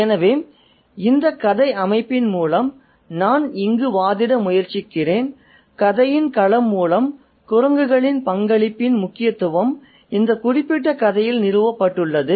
எனவே இந்தக் கதை அமைப்பின் மூலம் நான் இங்கு வாதிட முயற்சிக்கிறேன் கதையின் களம் மூலம் குரங்குகளின் பங்களிப்பின் முக்கியத்துவம் இந்த குறிப்பிட்ட கதையில் நிறுவப்பட்டுள்ளது